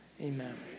Amen